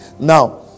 Now